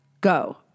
go